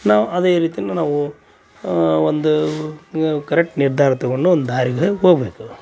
ನಾವು ಅದೇ ರೀತಿನು ನಾವು ಒಂದು ಕರೆಕ್ಟ್ ನಿರ್ಧಾರ ತಕೊಂಡು ಒಂದು ದಾರಿಗೆ ಹೋಗಬೇಕು